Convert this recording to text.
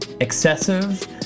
excessive